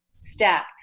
step